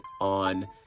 on